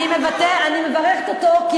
אני מברכת אותו, ואני אגיד לכם למה.